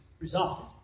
resolved